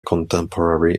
contemporary